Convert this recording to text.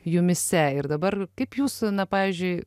jumyse ir dabar kaip jūs na pavyzdžiui